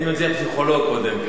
אני מציע פסיכולוג קודם.